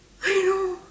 I know